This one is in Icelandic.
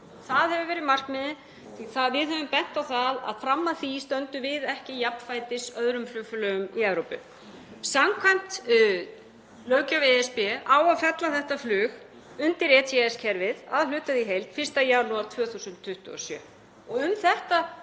Það hefur verið markmiðið því að við höfum bent á að fram að því stöndum við ekki jafnfætis öðrum flugfélögum í Evrópu. Samkvæmt löggjöf ESB á að fella þetta flug undir ETS-kerfið að hluta eða í heild 1. janúar 2027.